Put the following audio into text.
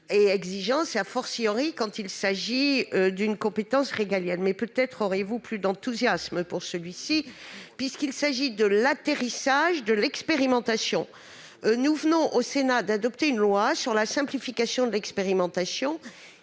et exigence, quand il s'agit d'une compétence régalienne. Mais peut-être aurez-vous plus d'enthousiasme pour celui-ci, qui traite de l'atterrissage de l'expérimentation. Le Sénat vient d'adopter une loi sur la simplification de l'expérimentation,